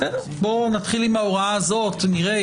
נתחיל עם ההוראה הזאת ונראה.